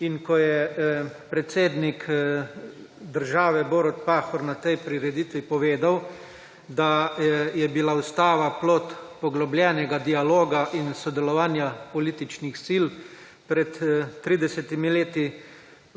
in ko je predsednik države Borut Pahor na tej prireditvi povedal, da je bila Ustava plod poglobljenega dialoga in sodelovanja političnih sil pred 30. leti